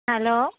hello